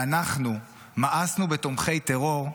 ואנחנו מאסנו בתומכי טרור,